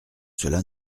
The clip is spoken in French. cela